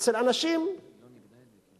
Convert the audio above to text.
אצל אנשים רבים.